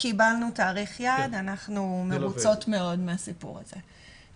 קיבלנו תאריך יעד, אנחנו מרוצות מאוד מהסיפור הזה.